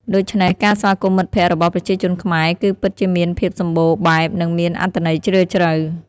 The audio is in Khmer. ដូច្នេះ ការស្វាគមន៍មិត្តភក្តិរបស់ប្រជាជនខ្មែរគឺពិតជាមានភាពសម្បូរបែបនិងមានអត្ថន័យជ្រាលជ្រៅ។